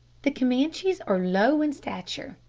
the camanchees are low in stature,